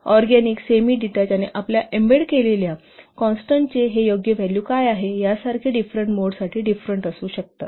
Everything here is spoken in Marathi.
ऑरगॅनिक सेमीडीटेच आणि आपल्या एम्बेडेड कॉन्स्टंटचे येथे योग्य व्हॅल्यू काय आहे यासारखे डिफरेंट मोडसाठी डिफरेंट असू शकतात